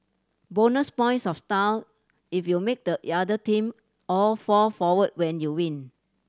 bonus points of style if you make the other team all fall forward when you win